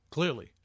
Clearly